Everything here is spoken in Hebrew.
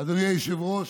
אדוני היושב-ראש,